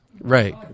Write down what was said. Right